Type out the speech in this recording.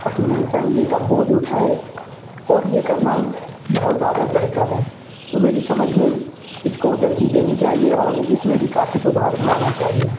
اپنی فیملی کا بوجھ اٹھائے اور یہ کرنا بہت زیادہ بہتر ہے تو میری سمجھ میں اس کو ترجیح دینی چاہیے اور اس میں بھی کافی سدھار لانا چاہیے